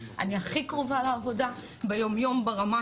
אני הכי קרובה לעבודה ביום יום ברמה